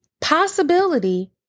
possibility